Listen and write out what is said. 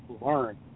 learn